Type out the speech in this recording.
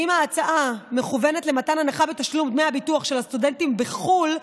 אם ההצעה מכוונת למתן הנחה בתשלום דמי הביטוח לסטודנטים בחו"ל,